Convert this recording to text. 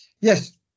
yes